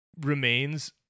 remains